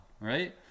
Right